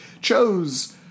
chose